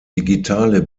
digitale